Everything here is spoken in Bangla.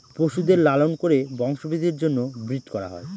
পশুদের লালন করে বংশবৃদ্ধির জন্য ব্রিড করা হয়